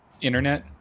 internet